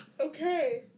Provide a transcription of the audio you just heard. Okay